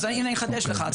אני אחדש לך.